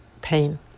pain